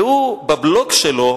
והוא, בבלוג שלו,